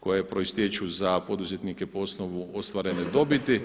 koje proistječu za poduzetnike po osnovu ostvarene dobiti.